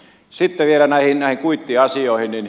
sitten vielä näihin kuittiasioihin